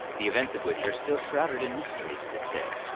the events of which are still shrouded in mystery to this day.